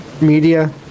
media